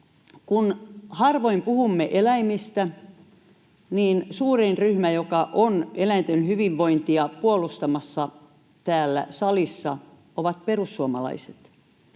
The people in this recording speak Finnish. kun harvoin puhumme eläimistä, niin suurin ryhmä, joka on eläinten hyvinvointia puolustamassa täällä salissa, on perussuomalaiset.